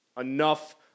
enough